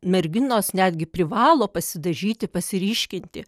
merginos netgi privalo pasidažyti pasiryškinti